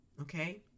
Okay